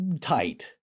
tight